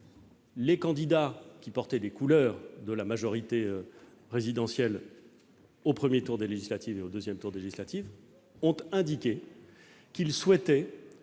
les candidats qui portaient les couleurs de la majorité présidentielle au premier et au second tour des législatives ont indiqué qu'ils souhaitaient